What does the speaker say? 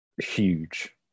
huge